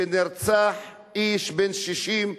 שנרצח איש בן 60,